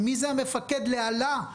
מי זה המפקד לאלה?